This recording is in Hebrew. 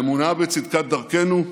האמונה בצדקת דרכנו,